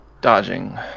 Dodging